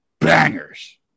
bangers